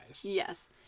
Yes